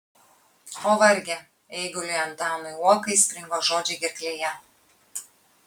o varge eiguliui antanui uokai springo žodžiai gerklėje